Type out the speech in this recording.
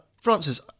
Francis